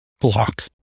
block